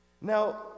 Now